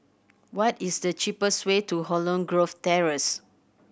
what is the cheapest way to Holland Grove Terrace